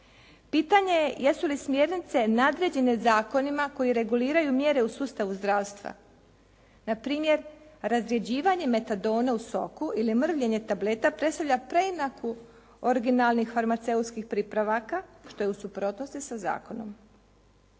Pitanje je jesu li smjernice nadređene zakonima koji reguliraju mjere u sustavu zdravstva. Na primjer razrjeđivanje Metadona u soku ili mrvljenje tableta predstavlja preinaku originalnih farmaceutskih pripravaka što je u suprotnosti sa zakonom.